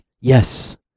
Yes